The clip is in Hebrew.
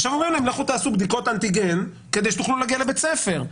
עכשיו אומרים להם ללכת לעשות בדיקות אנטיגן כדי שתוכלו להגיע לבית ספר.